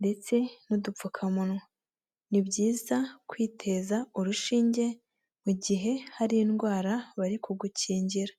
ndetse n'udupfukamunwa, ni byiza kwiteza urushinge mu gihe hari indwara bari kugukingira.